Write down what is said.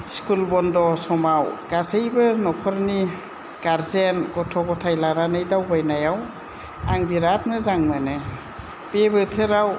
school बन्द' समाव गासैबो न'खरनि गार्जेन गथ' गथाय लानानै दावबायनायाव आं बिराद मोजां मोनो बे बोथोराव